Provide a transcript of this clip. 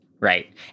Right